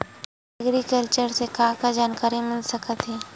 Agriculture से का का जानकारी मिल सकत हे?